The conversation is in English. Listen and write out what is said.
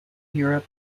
europe